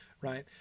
right